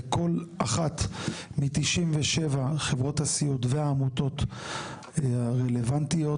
לכל אחת מ-97 חברות הסיעוד והעמותות הרלוונטיות,